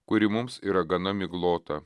kuri mums yra gana miglota